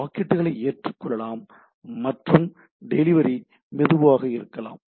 பாக்கெட்டுகளை ஏற்றுக் கொள்ளலாம் மற்றும் டெலிவரி மெதுவாக இருக்கலாம